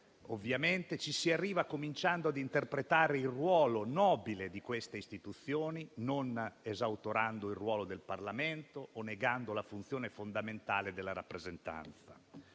concrete, ci si arriva cominciando ad interpretare il ruolo nobile di queste istituzioni, non esautorando il ruolo del Parlamento o negando la funzione fondamentale della rappresentanza.